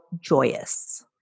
joyous